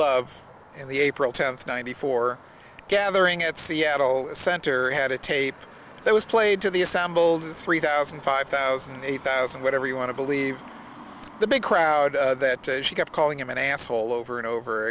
love in the april tenth ninety four gathering at seattle center had a tape that was played to the assembled three thousand five thousand eight thousand whatever you want to believe the big crowd that she kept calling him an asshole over and over